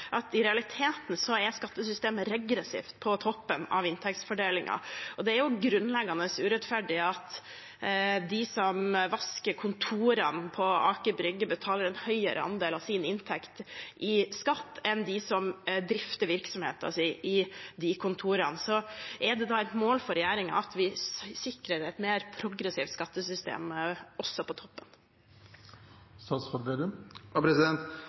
i realiteten er skattesystemet regressivt på toppen av inntektsfordelingen, og det er jo grunnleggende urettferdig at de som vasker kontorene på Aker brygge, betaler en høyere andel av sin inntekt i skatt enn de som drifter virksomheten sin i de kontorene. Er det et mål for regjeringen at vi sikrer et mer progressivt skattesystem også på toppen?